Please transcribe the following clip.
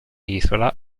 isola